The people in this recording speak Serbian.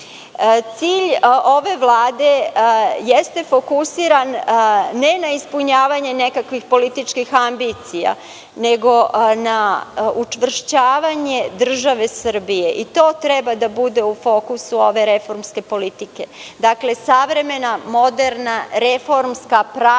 ove vlade jeste fokusiran, ne na ispunjavanje nekih političkih ambicija, nego na učvršćavanje države Srbije i to treba da bude u fokusu ove reformske politike. Dakle savremena, moderna, reformska, pravna